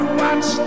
watch